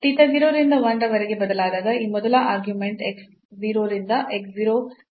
theta 0 ರಿಂದ 1 ರ ವರೆಗೆ ಬದಲಾದಾಗ ಈ ಮೊದಲ ಆರ್ಗ್ಯುಮೆಂಟ್ x 0 ರಿಂದ x 0 plus h ವರೆಗೆ ಬದಲಾಗುತ್ತದೆ